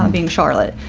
um being charlotte.